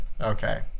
Okay